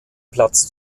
platz